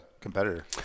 competitor